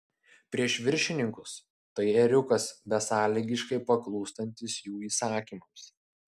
prieš viršininkus tai ėriukas besąlygiškai paklūstantis jų įsakymams